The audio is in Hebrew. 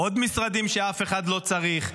עוד משרדים שאף אחד לא צריך.